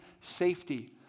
safety